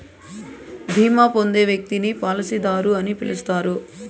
బీమా పొందే వ్యక్తిని పాలసీదారు అని పిలుస్తారు